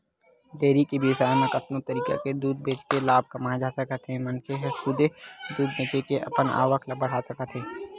dairy के बेवसाय म कतको तरीका ले दूद बेचके लाभ कमाए जा सकत हे मनखे ह खुदे दूद बेचे के अपन आवक ल बड़हा सकत हे